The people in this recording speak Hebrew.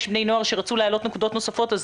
בני נוער שרצו להעלות נקודות נוספות אז,